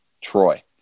Troy